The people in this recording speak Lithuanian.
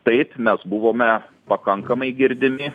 taip mes buvome pakankamai girdimi